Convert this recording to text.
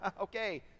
okay